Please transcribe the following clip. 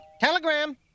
Telegram